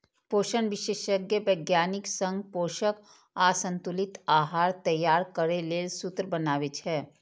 पोषण विशेषज्ञ वैज्ञानिक संग पोषक आ संतुलित आहार तैयार करै लेल सूत्र बनाबै छै